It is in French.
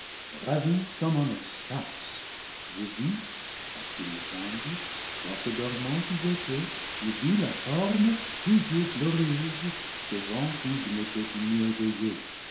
ravi comme en extase je vis à ce qu'il me sembla quoique dormant où j'étais je vis la forme toujours glorieuse devant qui je m'étais tenu éveillé